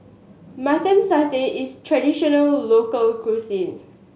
Mutton Satay is traditional local cuisine